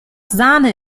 sahne